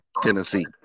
Tennessee